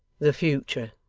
the future